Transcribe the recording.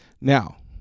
Now